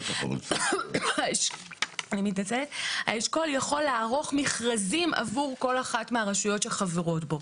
האשכול יכול לערוך מכרזים עבור כל אחת מהרשויות שחברות בו.